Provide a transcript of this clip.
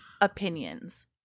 opinions